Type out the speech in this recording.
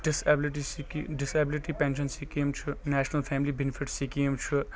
ڈِس ability pension scheme چھ national family benefit scheme چھ